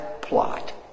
Plot